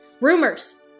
Rumors